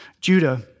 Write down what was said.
Judah